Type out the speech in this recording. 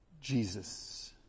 Jesus